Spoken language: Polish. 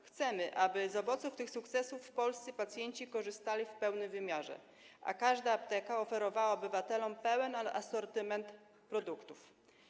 Chcemy, aby z owoców tych sukcesów polscy pacjenci korzystali w pełnym wymiarze, a każda apteka oferowała obywatelom pełen asortyment produktów.